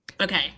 Okay